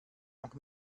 noch